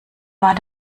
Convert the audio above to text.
war